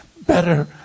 better